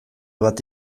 bat